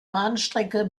bahnstrecke